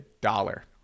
dollar